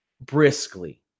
briskly